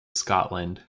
scotland